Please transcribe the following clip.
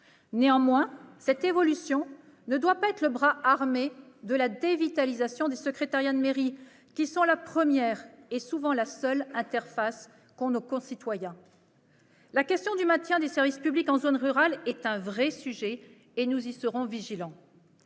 Néanmoins, cette évolution ne doit pas être le bras armé de la dévitalisation des secrétariats de mairie, qui sont la première interface, et souvent la seule, pour nos concitoyens. Absolument ! La question du maintien des services publics en zone rurale est un vrai sujet, et nous serons vigilants.